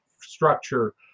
structure